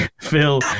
Phil